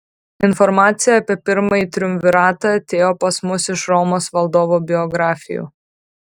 informacija apie pirmąjį triumviratą atėjo pas mus iš romos valdovų biografijų